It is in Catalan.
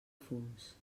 fums